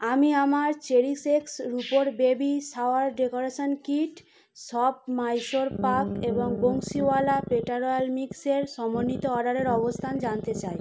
আমি আমার cherish X রুপোর বেবি শাওয়ার ডেকোরেশন কিট সপ মাইসোর পাক এবং বংশীওয়ালা পেঠা রয়্যাল মিক্স এর সমন্বিত অর্ডারের অবস্থান জানতে চাই